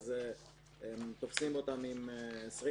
ואז תופסים אותם עם 20,